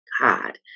God